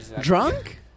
Drunk